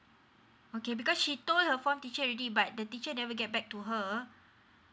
okay because she told her form teacher already but the teacher never get back to her